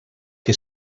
que